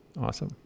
awesome